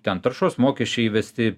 ten taršos mokesčiai įvesti